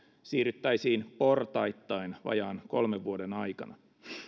siirryttäisiin portaittain vajaan kolmen vuoden aikana